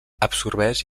absorbeix